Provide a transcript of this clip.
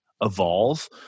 evolve